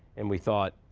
and we thought,